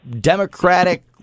democratic